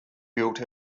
built